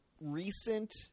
recent